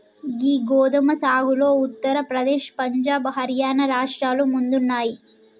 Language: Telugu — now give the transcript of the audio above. గీ గోదుమ సాగులో ఉత్తర ప్రదేశ్, పంజాబ్, హర్యానా రాష్ట్రాలు ముందున్నాయి